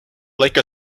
like